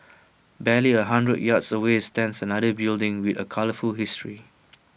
barely A hundred yards away stands another building with A colourful history